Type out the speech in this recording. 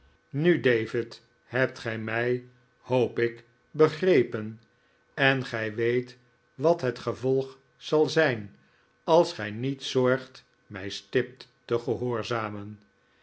nu david hebt gij mij hoop ik begrepen en gij weet wat het gevolg zal zijn als gij niet zorgt mij stipt te gehoorzamen